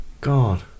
God